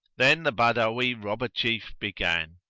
then the badawi robber-chief began,